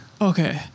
Okay